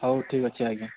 ହଉ ଠିକ୍ ଅଛି ଆଜ୍ଞା